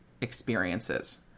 experiences